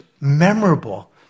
memorable